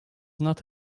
not